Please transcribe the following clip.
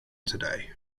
today